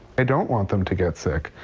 i don't want them to get sick.